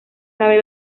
sabe